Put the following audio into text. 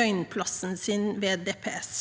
døgnplassen sin ved DPS.